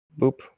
boop